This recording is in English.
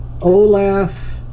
Olaf